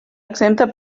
exempta